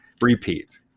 repeat